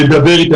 לדבר אתם.